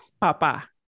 papa